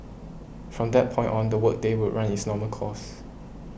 from that point on the work day would run its normal course